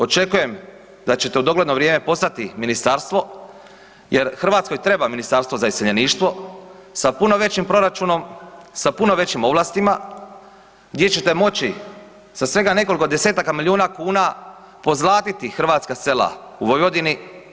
Očekujem da ćete u dogledno vrijeme postati ministarstvo jer Hrvatskoj treba ministarstvo za iseljeništvo sa puno većim proračunom, sa puno većim ovlastima, gdje ćete moći sa svega nekoliko desetaka milijuna kuna pozlatiti hrvatska sela u Vojvodini.